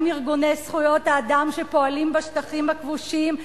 ארגוני זכויות האדם שפועלים בשטחים הכבושים,